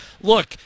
Look